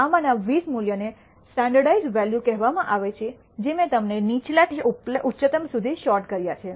આમાંના 20 મૂલ્યોને માનક મૂલ્યો કહેવામાં આવે છે જે મેં તેમને નીચલાથી ઉચ્ચતમ સુધી સૉર્ટ કર્યા છે